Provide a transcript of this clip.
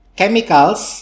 chemicals